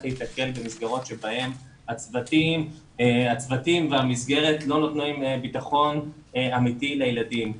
להיתקל במסגרות בהן הצוותים והמסגרת לא נותנים ביטחון אמיתי לילדים.